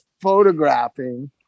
photographing